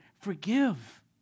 forgive